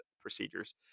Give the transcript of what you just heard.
procedures